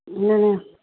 ꯑꯗꯨꯅꯤ